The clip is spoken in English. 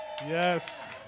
Yes